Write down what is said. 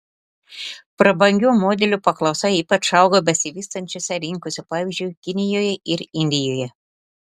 prabangių modelių paklausa ypač auga besivystančiose rinkose pavyzdžiui kinijoje ir indijoje